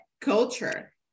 culture